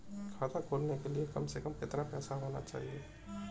खाता खोलने के लिए कम से कम कितना पैसा होना चाहिए?